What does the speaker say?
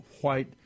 white